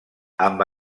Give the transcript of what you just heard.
amb